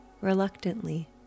Reluctantly